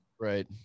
Right